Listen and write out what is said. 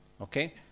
Okay